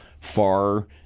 far